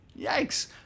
Yikes